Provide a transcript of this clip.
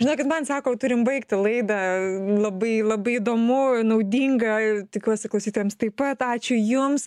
žinokit man sako turim baigti laidą labai labai įdomu naudinga ir tikiuosi klausytojams taip pat ačiū jums